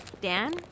Dan